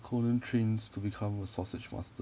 conan trains to become a sausage master